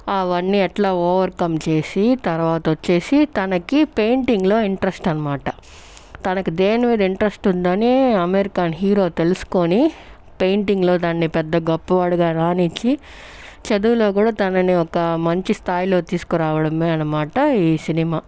అవన్నీ ఎట్లా ఓవర్కం చేసి తర్వాత వచ్చేసి తనకి పెయింటింగ్ లో ఇంట్రెస్ట్ అనమాట తనకి దేని మీద ఇంట్రెస్ట్ ఉందో దాన్నే అమీర్ ఖాన్ హీరో తెలుసుకొని పెయింటింగ్ లో తనని గొప్పవాడిగా రానిచ్చి చదువులో కూడా తనని ఒక మంచి స్థాయిలో తీసుకొని రావడమే అనమాట ఈ సినిమా